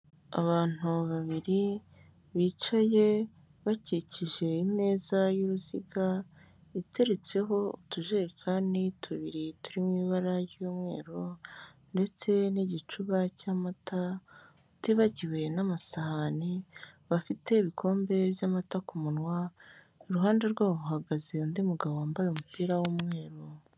Abantu babiri bicaye bakikije imeza y'uruziga iteretseho utujerekani tubiri turi mu ibara ry'umweru, ndetse n'igicuba cy'amata utibagiwe n'amasahani, bafite ibikombe by'amata ku munwa, iruhande rwabo hahagaze undi mugabo wambaye umupira w'umweru.